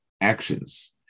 actions